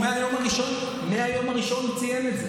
מהיום הראשון הוא ציין את זה.